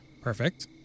perfect